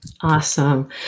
Awesome